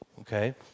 okay